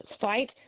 fight